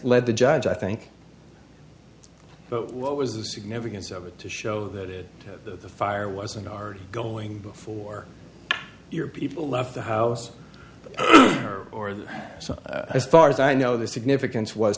led the judge i think but what was the significance of it to show that it the fire wasn't are going before your people left the house or the so as far as i know the significance was